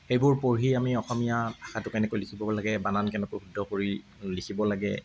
সেইবোৰ পঢ়ি আমি অসমীয়া ভাষাটো কেনেকৈ লিখিব লাগে বানান কেনেকৈ শুদ্ধ কৰি লিখিব লাগে